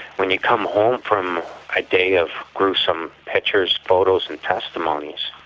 when you come home from a day of gruesome pictures, photos and testimonies,